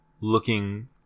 looking